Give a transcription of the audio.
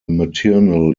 maternal